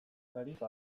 tarifa